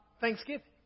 Thanksgiving